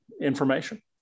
information